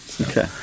Okay